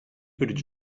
you